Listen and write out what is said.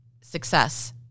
success